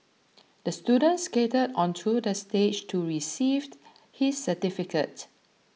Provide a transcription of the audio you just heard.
the student skated onto the stage to receive his certificate